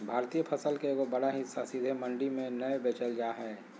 भारतीय फसल के एगो बड़ा हिस्सा सीधे मंडी में नय बेचल जा हय